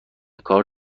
کار